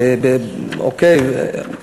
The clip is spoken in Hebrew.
אוקיי,